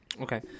Okay